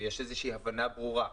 יש איזושהי הבנה ברורה,